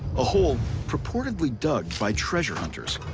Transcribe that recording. a hole purportedly dug by treasure hunters.